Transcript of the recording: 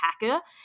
hacker